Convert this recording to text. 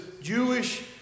Jewish